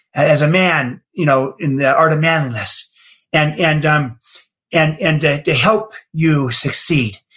as a man, you know in the art of manliness and and um and and to help you succeed.